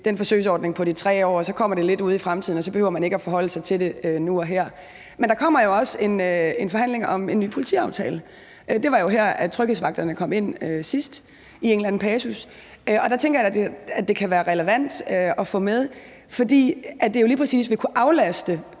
den forsøgsordning på de 3 år, og så kommer det lidt ude i fremtiden, og så behøver man ikke at forholde sig til det nu og her. Men der kommer jo også en forhandling om en ny politiaftale, og det var jo her, at tryghedsvagterne kom ind i en eller anden passus sidst, og der tænker jeg da, at det kan være relevant at få med, fordi det jo lige præcis vil kunne aflaste